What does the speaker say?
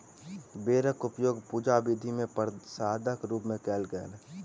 बेरक उपयोग पूजा विधि मे प्रसादक रूप मे कयल गेल